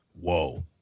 Whoa